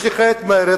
יש לך מרצ,